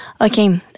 Okay